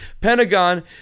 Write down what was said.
Pentagon